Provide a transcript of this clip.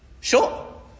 Sure